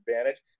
advantage